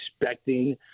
expecting